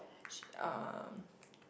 she uh